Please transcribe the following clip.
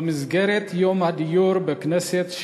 במסגרת יום הדיור בכנסת,